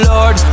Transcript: Lord